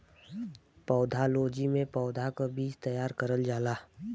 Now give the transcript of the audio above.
pathology में पौधा के बीज तैयार करल जाला